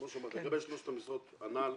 כמו שאמרתי, לגבי שלושת המשרות הנ"ל,